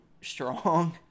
strong